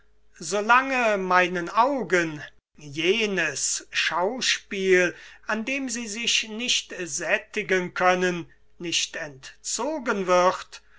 lange meinen augen jenes schauspiel an dem sie sich nicht sättigen können nicht entzogen wird